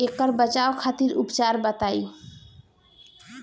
ऐकर बचाव खातिर उपचार बताई?